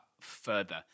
further